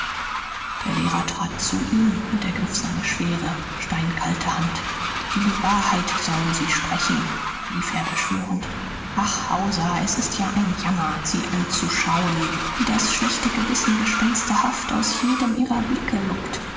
der lehrer trat zu ihm und ergriff seine schwere steinkalte hand die wahrheit sollen sie sprechen rief er beschwörend ach hauser es ist ja ein jammer sie anzuschauen wie das schlechte gewissen gespensterhaft aus jedem ihrer blicke lugt